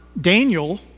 Daniel